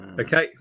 Okay